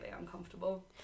uncomfortable